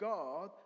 God